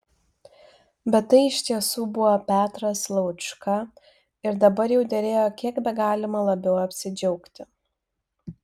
bet tai iš tiesų buvo petras laučka ir dabar jau derėjo kiek begalima labiau apsidžiaugti